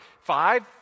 five